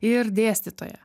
ir dėstytoja